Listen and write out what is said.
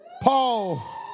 Paul